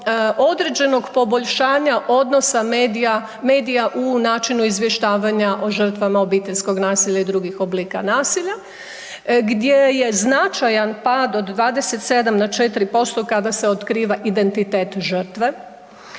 određenog poboljšanja odnosa medija, medija u načinu izvještavanja o žrtvama obiteljskog nasilja i drugih oblika nasilja gdje je značajan pad od 27 na 4% kada se otkriva identitet žrtve.